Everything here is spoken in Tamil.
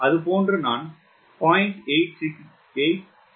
அதுபோன்று நான் 0